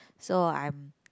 so I'm